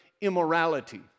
immorality